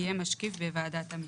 יהיה משקיף בוועדת המשנה".